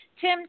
Tim